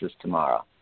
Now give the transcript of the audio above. tomorrow